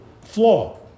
flaw